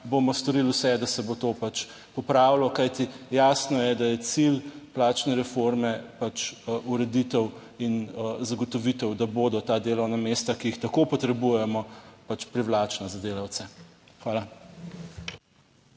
bomo storili vse, da se bo to pač popravilo. Kajti jasno je, da je cilj plačne reforme pač ureditev in zagotovitev, da bodo ta delovna mesta, ki jih tako potrebujemo pač privlačna za delavce. Hvala.